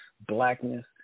blackness